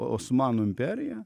osmanų imperija